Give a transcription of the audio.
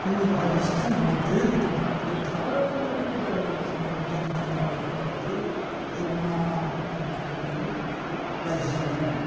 जोंनि बाहागि सासे माहाजोन गिदिर दङमोन बियो थारला गेलामाल दखानाव गिदिर गिदिर मार'वारि दखानावसो जमा हैनानै राइजो जानांदोंमोन